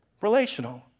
relational